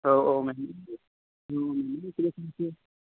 औ औ मेम